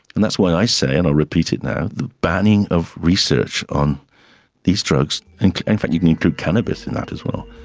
and that's why i say, and i'll repeat it now, the banning of research on these drugs, in and fact you can include cannabis in that as well,